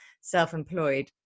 self-employed